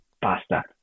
Pasta